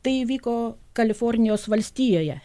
tai įvyko kalifornijos valstijoje